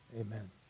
amen